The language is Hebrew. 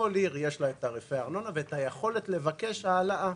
לכל עיר יש תעריפי ארנונה, ואת היכולת לבקש העלאה.